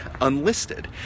unlisted